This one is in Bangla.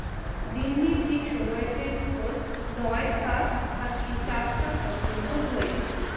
দিননি ঠিক সময়তের ভিতর নয় তা থাকি চার তা পর্যন্ত হই